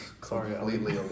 completely